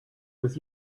was